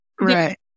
Right